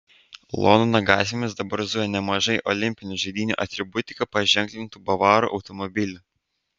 londono gatvėmis dabar zuja nemažai olimpinių žaidynių atributika paženklintų bavarų automobilių